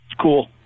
Cool